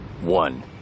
One